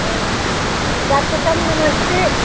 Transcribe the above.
औ डाक्टर साहब नमस्ते